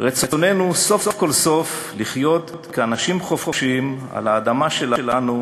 "רצוננו הוא סוף כל סוף לחיות כאנשים חופשיים על האדמה שלנו,